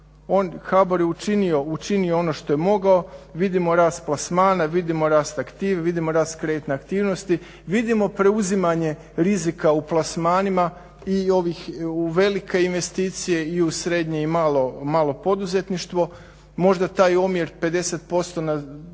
HBOR je učinio ono što je mogao, vidimo rast plasmana, vidimo rast aktive, vidimo rast kreditne aktivnosti, vidimo preuzimanje rizika u plasmanima i ovih u velike investicije i u srednje i malo poduzetništvo. Možda taj omjer 50% preuzimanja